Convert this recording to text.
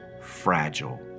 fragile